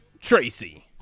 Tracy